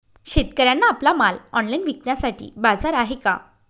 शेतकऱ्यांना आपला माल ऑनलाइन विकण्यासाठी बाजार आहे का?